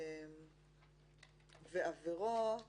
ועבירות